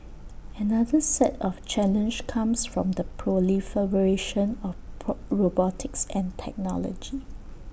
another set of challenge comes from the of pro robotics and technology